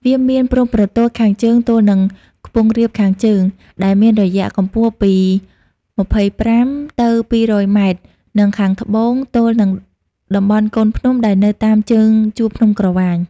វាមានព្រំប្រទល់ខាងជើងទល់នឹងខ្ពង់រាបខាងជើង ដែលមានរយៈកម្ពស់ពី ២៥ ទៅ ២០០ ម៉ែត្រ និងខាងត្បូងទល់នឹងតំបន់កូនភ្នំដែលនៅតាមជើងជួរភ្នំក្រវាញ។